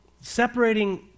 separating